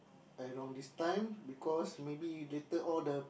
around this time because maybe later all the